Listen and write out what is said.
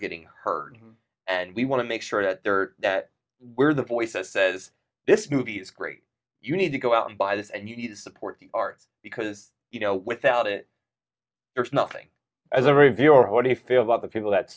getting heard and we want to make sure that that we're the voices says this movie is great you need to go out and buy this and you need to support the arts because you know without it there's nothing as a reviewer how do you feel about the people that